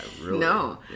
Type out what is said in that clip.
no